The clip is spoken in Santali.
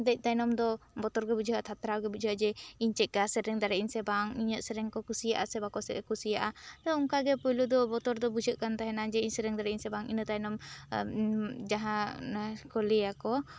ᱫᱮᱡ ᱛᱟᱭᱱᱚᱢ ᱫᱚ ᱵᱚᱛᱚᱨ ᱜᱮ ᱵᱩᱡᱷᱟᱹᱜ ᱟ ᱛᱷᱟᱨᱛᱷᱟᱨᱟᱜ ᱜᱮ ᱵᱩᱡᱷᱟᱜᱼᱟ ᱡᱮ ᱤᱧ ᱪᱮᱠᱟ ᱥᱮᱨᱮᱧ ᱫᱟᱲᱮᱭᱟᱜ ᱟᱹᱧ ᱥᱮ ᱵᱟᱝ ᱤᱧᱟᱹᱜ ᱥᱮᱨᱮᱧ ᱠᱚ ᱠᱩᱥᱤᱭᱟᱜᱼᱟ ᱥᱮ ᱵᱟᱠᱚ ᱠᱩᱥᱤᱭᱟᱜᱼᱟ ᱥᱮ ᱚᱱᱠᱟ ᱜᱮ ᱯᱩᱭᱞᱩ ᱫᱚ ᱵᱚᱛᱚᱨ ᱫᱚ ᱵᱩᱡᱷᱟᱹᱜ ᱠᱟᱱ ᱛᱟᱦᱮᱱᱟ ᱡᱮ ᱤᱧ ᱥᱮᱨᱮᱧ ᱫᱟᱲᱮᱭᱟᱜ ᱟᱹᱧ ᱥᱮ ᱵᱟᱝ ᱤᱱᱟᱹ ᱛᱟᱭᱱᱚᱢ ᱡᱟᱦᱟᱹ ᱠᱩᱞᱤᱭᱟᱠᱚ